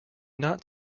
not